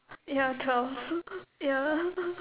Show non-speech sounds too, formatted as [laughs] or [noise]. ya twelve [laughs] ya [laughs]